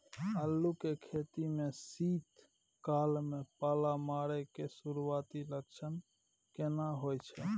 आलू के खेती में शीत काल में पाला मारै के सुरूआती लक्षण केना होय छै?